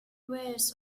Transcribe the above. weirs